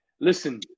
listen